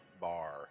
Bar